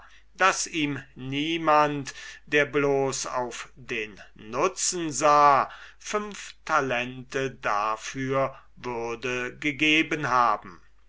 daß ihm niemand der bloß auf den nutzen sah fünf talente darum gegeben haben